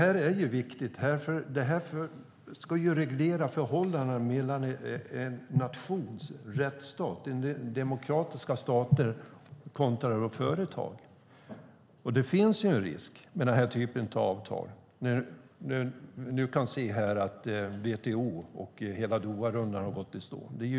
Det är viktigt eftersom det ska reglera förhållandena mellan demokratiska stater kontra företag. Det finns en risk med den här typen av avtal. Vi kan se nu att WTO och hela Doharundan har gått i stå.